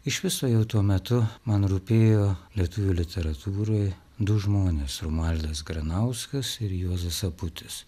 iš viso jau tuo metu man rūpėjo lietuvių literatūroj du žmonės romualdas granauskas ir juozas aputis